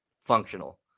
functional